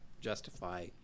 justify